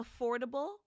affordable